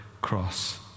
cross